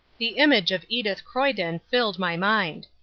the image of edith croyden filled my mind.